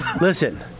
Listen